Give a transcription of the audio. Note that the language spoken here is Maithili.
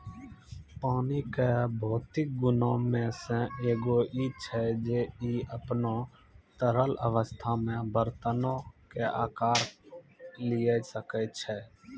पानी के भौतिक गुणो मे से एगो इ छै जे इ अपनो तरल अवस्था मे बरतनो के अकार लिये सकै छै